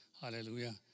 Hallelujah